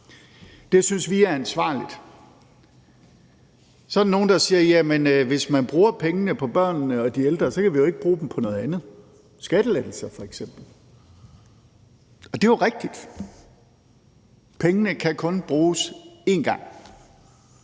Det synes vi er ansvarligt. Så er der nogle, der siger: Jamen hvis man bruger pengene på børnene og de ældre, kan vi jo ikke bruge dem på noget andet, f.eks. skattelettelser. Og det er jo rigtigt – pengene kan kun bruges én gang.